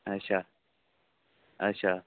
अच्छा अच्छा